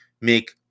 make